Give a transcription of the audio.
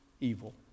evil